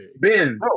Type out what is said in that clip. Ben